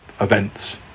events